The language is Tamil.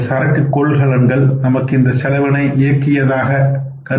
இந்த சரக்கு கொள்கலன்கள் நமக்கு இந்த செலவினை இயக்கியாவதாக கருத வேண்டும்